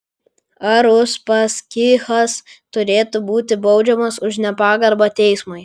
ar uspaskichas turėtų būti baudžiamas už nepagarbą teismui